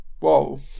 Whoa